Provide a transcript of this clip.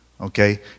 okay